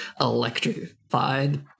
electrified